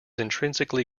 intrinsically